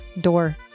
door